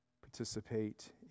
participate